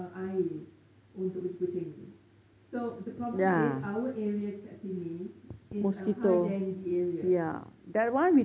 air untuk kucing-kucing ni so the problem is our area kat sini is a high dengue area